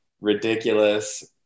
ridiculous